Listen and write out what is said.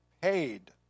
paid